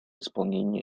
исполнение